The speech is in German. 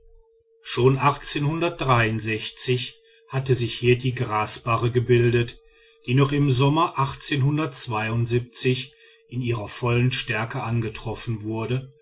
schon hatte sich hier die grasbarre gebildet die noch im sommer in ihrer vollen stärke angetroffen wurde